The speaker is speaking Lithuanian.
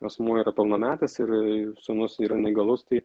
asmuo yra pilnametis ir sūnus yra neįgalus tai